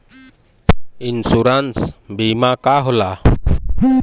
Insurance बीमा का होला?